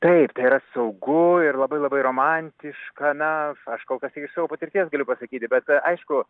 taip tai yra saugu ir labai labai romantiška na aš kol kas tik iš savo patirties galiu pasakyti bet aišku